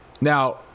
Now